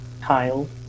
tile